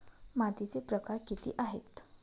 मातीचे प्रकार किती आहेत?